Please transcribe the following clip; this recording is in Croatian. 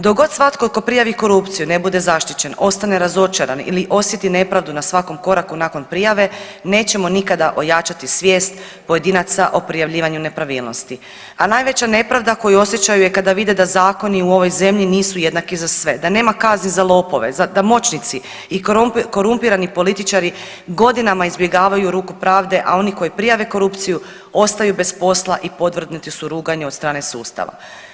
Dok god svatko tko prijavi korupciju ne bude zaštićen, ostane razočaran ili osjeti nepravdu na svakom koraku nakon prijave nećemo nikada ojačati svijest pojedinaca o prijavljivanju nepravilnosti, a najveća nepravda koju osjećaju je kada vide da zakoni u ovoj zemlji nisu jednaki za sve, da nema kazni za lopove, da moćnici i korumpirani političari godinama izbjegavaju ruku pravde, a oni koji prijave korupciju ostaju bez posla i podvrgnuti su ruganju od strane sustava.